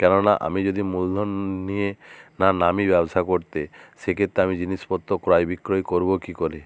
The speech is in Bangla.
কেননা আমি যদি মূলধন নিয়ে না নামি ব্যবসা করতে সেক্ষেত্রে আমি জিনিসপত্র ক্রয় বিক্রয় করবো কী করে